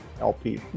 LP